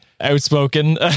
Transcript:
outspoken